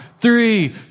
three